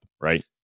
right